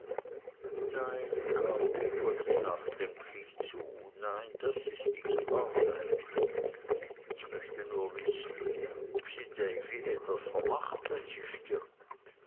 nein gab peggotty nachdenklich zu nein das ist nicht wahrscheinlich ich möchte nur wissen ob sie davy etwas vermacht wenn sie stirbt